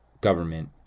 government